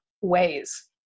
ways